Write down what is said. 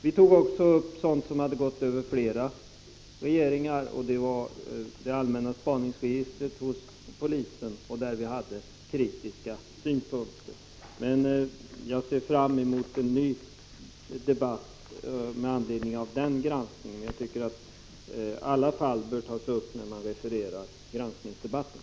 Vi hade också kritiska synpunkter på det allmänna spaningsregistret hos polisen, som hade handlagts av flera regeringar. Jag ser fram emot en ny debatt med anledning av den granskningen. Alla fall bör tas upp när man refererar granskningsdebatter.